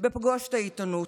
בפגוש את העיתונות,